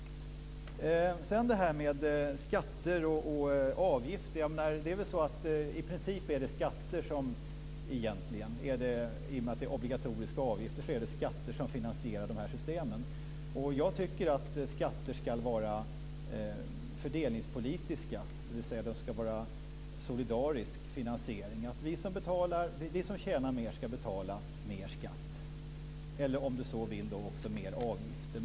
När det gäller skatter och avgifter vill jag säga att det i och med att det är obligatoriska avgifter i princip är skatter som finansierar de här systemen. Jag tycker att skatter ska vara fördelningspolitiska, dvs. det ska vara solidarisk finansiering. Vi som tjänar mer ska betala mer skatt eller om man så vill högre avgifter.